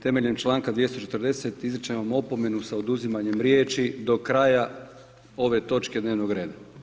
Temeljem članka 240. izričem vam opomenu sa oduzimanjem riječi do kraja ove točke dnevnog reda.